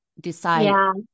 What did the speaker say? decide